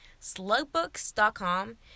Slugbooks.com